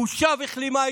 בושה וכלימה.